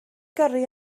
gyrru